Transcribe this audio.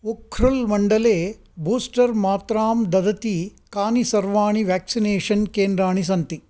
उख्रुल् मण्डले बूस्टर मात्रां ददति कानि सर्वाणि व्याक्सिनेषन केन्द्राणि सन्ति